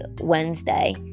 Wednesday